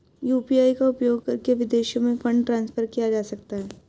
UPI का उपयोग करके विदेशों में फंड ट्रांसफर किया जा सकता है?